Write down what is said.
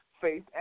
faith